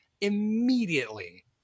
immediately